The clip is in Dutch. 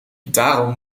daarom